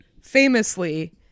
famously